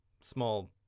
small